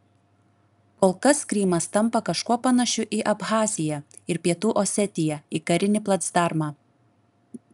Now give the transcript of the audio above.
kol kas krymas tampa kažkuo panašiu į abchaziją ir pietų osetiją į karinį placdarmą